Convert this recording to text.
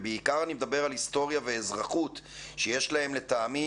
ובעיקר אני מדבר על היסטוריה ואזרחות שיש להם לטעמי